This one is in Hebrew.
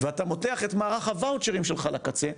ואתה מותח את מערך הוואוצ'רים שלך לקצה,